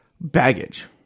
baggage